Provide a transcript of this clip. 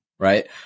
Right